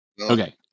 okay